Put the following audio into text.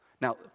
Now